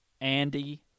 Andy